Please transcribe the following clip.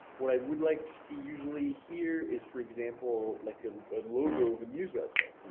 what i would like to see usually here is for example, like ah a logo of a news website, yeah